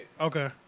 Okay